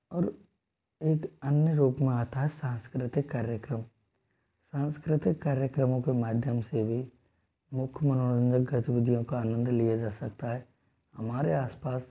और एक अन्य रूप में आता है सांस्कृतिक कार्यक्रम सांस्कृतिक कार्यक्रमों के माध्यम से भी मुख्य मनोरंजक गतिविधियों का आनंद लिया जा सकता है हमारे आसपास